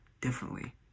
differently